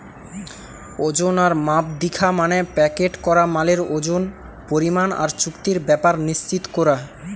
ওজন আর মাপ দিখা মানে প্যাকেট করা মালের ওজন, পরিমাণ আর চুক্তির ব্যাপার নিশ্চিত কোরা